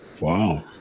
Wow